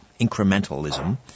incrementalism